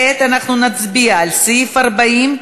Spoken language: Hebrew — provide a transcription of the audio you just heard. כעת אנחנו נצביע על סעיף 40,